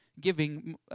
giving